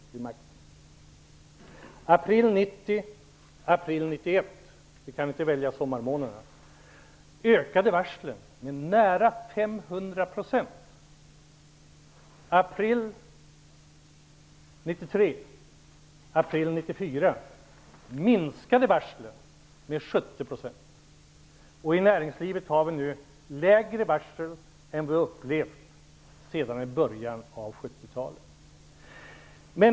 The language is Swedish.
Från april 1990 till april 1991 -- vi kan inte välja sommarmånaderna -- ökade varslen med nära 500 %. Från april 1993 till april 1994 minskade varslen med 70 %, och näringslivet har väl nu färre varsel än jag har upplevt sedan början av 70-talet.